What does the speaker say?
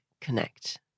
connect